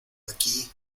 aquí